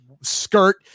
skirt